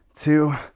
two